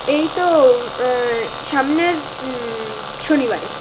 এই তো সামনের শনিবারে